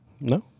No